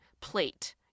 plate